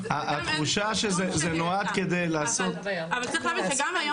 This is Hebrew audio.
--- התחושה שזה נועד כדי לעשות --- אבל צריך להבין שגם היום